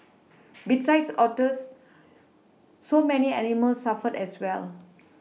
besides otters so many animals suffer as well